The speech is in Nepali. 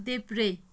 देब्रे